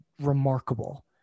remarkable